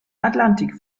atlantik